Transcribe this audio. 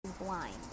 Blind